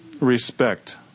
respect